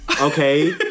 Okay